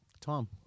Tom